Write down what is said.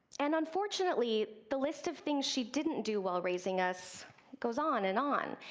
and, unfortunately the list of things she didn't do while raising us goes on and on.